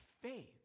faith